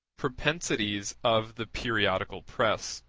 propensities of the periodical press